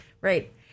Right